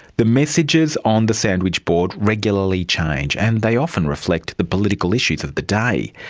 the messages on the sandwich board regularly change and they often reflect the political issues of the day.